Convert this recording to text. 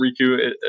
Riku